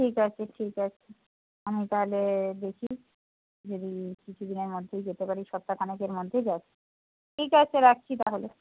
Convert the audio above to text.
ঠিক আছে ঠিক আছে আমি তাহলে দেখি যদি কিছু দিনের মধ্যেই যেতে পারি সপ্তাহ খানেকের মধ্যেই ঠিক আছে রাখছি তাহলে